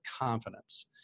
confidence